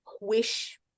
wish